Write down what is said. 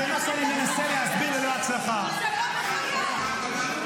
תודה רבה על הזכות.